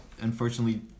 unfortunately